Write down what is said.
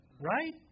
right